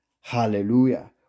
Hallelujah